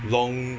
long